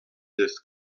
this